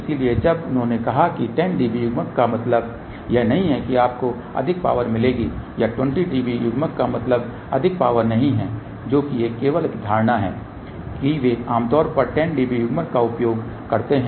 इसलिए जब उन्होंने कहा कि 10 dB युग्मन का मतलब यह नहीं है कि आपको अधिक पावर मिलेगी या 20 dB युग्मन का मतलब अधिक पावर नहीं है जो कि केवल एक धारणा है कि वे आमतौर पर 10 dB युग्मन का उपयोग करते हैं